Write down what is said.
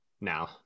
now